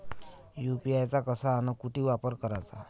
UPI चा कसा अन कुटी वापर कराचा?